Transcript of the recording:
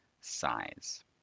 size